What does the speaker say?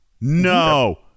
no